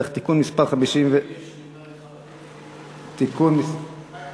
(תיקון מס' 53) (מערכת הצבעה אלקטרונית),